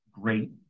Great